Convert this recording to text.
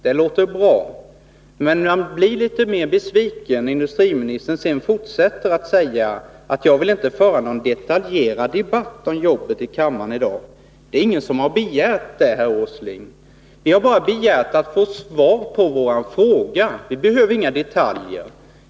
Det låter bra, men man blir besviken när industriministern sedan fortsätter med att säga att han inte vill föra någon detaljerad debatt om detta i kammaren i dag. Ingen har begärt det, herr Åsling. Vi har bara begärt att får svar på vår fråga. Vi behöver inga detaljer.